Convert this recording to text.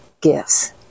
gifts